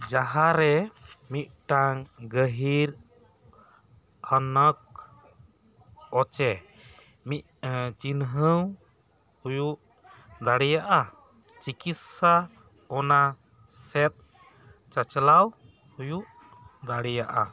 ᱡᱟᱦᱟᱸ ᱨᱮ ᱢᱤᱫᱴᱟᱱ ᱜᱟᱹᱦᱤᱨ ᱦᱚᱱᱚᱠ ᱚᱪᱮ ᱢᱤᱫ ᱪᱤᱱᱦᱟᱹᱣ ᱦᱩᱭᱩᱜ ᱫᱟᱲᱮᱭᱟᱜᱼᱟ ᱪᱤᱠᱤᱛᱥᱟ ᱚᱱᱟ ᱥᱮᱫ ᱪᱟᱪᱞᱟᱣ ᱦᱩᱭᱩᱜ ᱫᱟᱲᱮᱭᱟᱜᱼᱟ